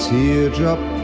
Teardrop